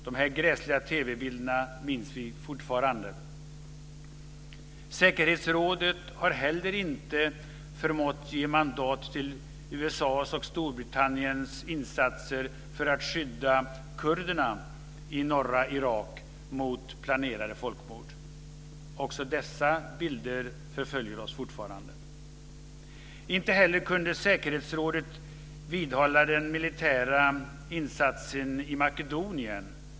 Vi minns fortfarande de gräsliga TV Säkerhetsrådet har inte heller förmått ge mandat till USA:s och Storbritanniens insatser för att skydda kurderna i norra Irak mot planerade folkmord. Också dessa bilder förföljer oss fortfarande. Inte heller kunde säkerhetsrådet vidhålla den militära insatsen i Makedonien.